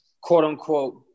quote-unquote